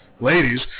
ladies